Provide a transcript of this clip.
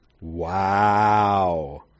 Wow